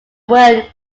word